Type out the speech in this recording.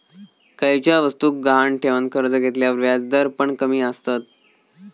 खयच्या वस्तुक गहाण ठेवन कर्ज घेतल्यार व्याजदर पण कमी आसतत